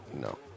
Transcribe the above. No